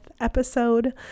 episode